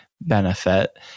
benefit